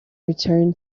return